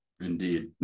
Indeed